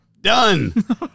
done